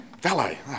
Valet